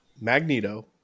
magneto